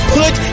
put